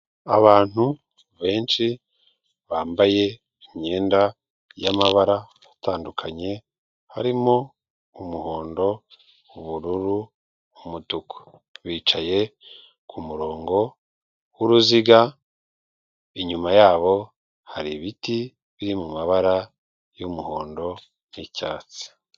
Abantu benshi bambaye imyenda y'amabara atandukanye harimo umuhondo, ubururu, umutuku bicaye kumurongo wuruziga inyuma yabo hari ibiti biri mumabara yumuhondo n'icyatsi.